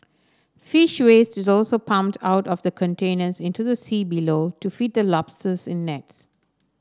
fish waste is also pumped out of the containers into the sea below to feed the lobsters in nets